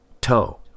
toe